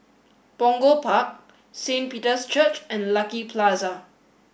Punggol Park Saint Peter's Church and Lucky Plaza